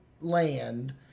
land